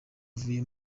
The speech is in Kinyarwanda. avuye